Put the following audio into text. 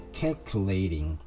calculating